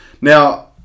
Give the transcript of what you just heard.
Now